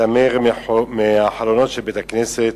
מיתמר מהחלונות של בית-הכנסת.